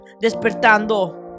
despertando